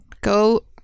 go